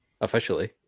officially